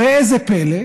ראה זה פלא,